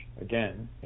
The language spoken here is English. again